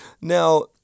Now